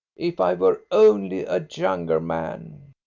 if i were only a younger man!